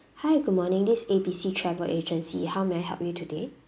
hi morning this is A B C travel agency how may I help you today